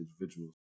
individuals